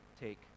take